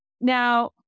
Now